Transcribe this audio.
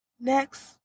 next